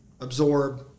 absorb